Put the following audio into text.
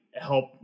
help